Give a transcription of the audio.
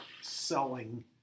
selling